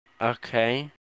Okay